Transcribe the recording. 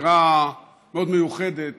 באווירה מאוד מיוחדת